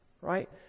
Right